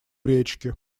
речки